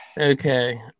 Okay